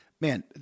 Man